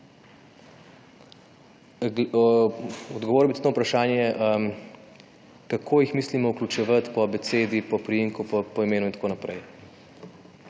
Odgovoril bi tudi na vprašanje kako jih mislimo vključevati po abecedi, po priimku, po imenu in tako naprej.